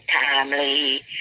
timely